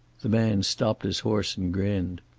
the man stopped his horse and grinned.